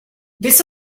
this